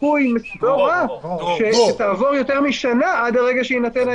סיכוי לא רע שתעבור יותר משנה עד הרגע שיינתן ההיתר.